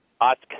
ask